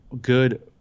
good